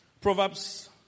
Proverbs